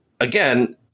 again